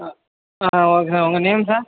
ஆ ஆ okay sir உங்கள் name sir